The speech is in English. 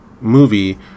movie